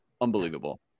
Unbelievable